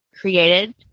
created